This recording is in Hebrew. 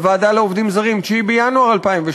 אומר בוועדה לעובדים זרים, 9 בינואר 2012: